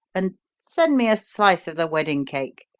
and send me a slice of the wedding cake.